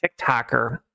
tiktoker